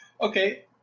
Okay